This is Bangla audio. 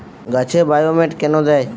গাছে বায়োমেট কেন দেয়?